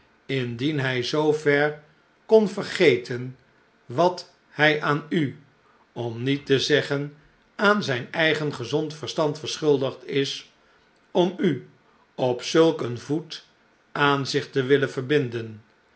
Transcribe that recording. indien hij zoo ver kon vergeten wat hij aan u om niet te zeggen aan zijn eigen gezond verstand verschuldigd is om u op zulk een voet aan zich te willen verbinden